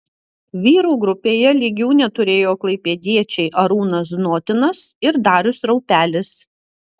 vyrų grupėje lygių neturėjo klaipėdiečiai arūnas znotinas ir darius raupelis